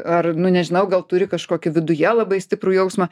ar nu nežinau gal turi kažkokį viduje labai stiprų jausmą